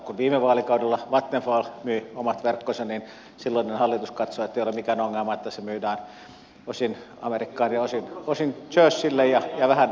kun viime vaalikaudella vattenfall myi omat verkkonsa niin silloinen hallitus katsoi ettei ole mikään ongelma että se myydään osin amerikkaan ja osin jerseylle ja vähän muualle